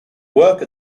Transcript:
work